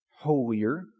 holier